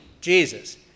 Jesus